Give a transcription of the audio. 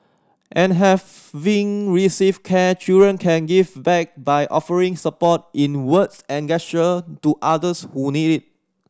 and having received care children can give back by offering support in words and gesture to others who need